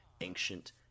ancient